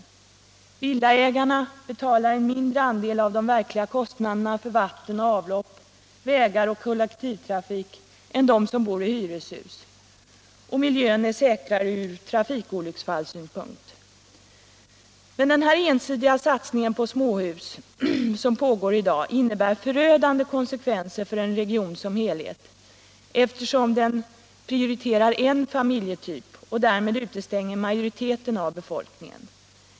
Villaägarna betalar en mindre andel av de verkliga kostnaderna för vatten och avlopp, vägar och kollektivtrafik än de som bor i hyreshus, och miljön är säkrare ur trafikolycksfallssynpunkt. Men den ensidiga satsning på småhus som pågår i dag innebär förödande konsekvenser för en region som helhet, eftersom den prioriterar en familjetyp och därmed utestänger majoriteten av befolkningen.